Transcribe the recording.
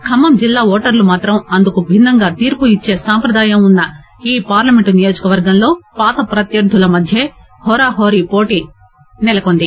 ఖమ్మం జిల్లా ఓటర్లు మాత్రం అందుకు భిన్నంగా తీర్పు ఇచ్చే సంప్రదాయం ఉన్న ఈ పార్లమెంట్ నియోజక వర్గంలో పాత ప్రత్యర్గుల మధ్యే హోరాహోరి పోటీ నెలకొంది